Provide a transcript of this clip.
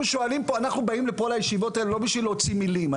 אנחנו באים לישיבות לא בשביל להוציא מלים,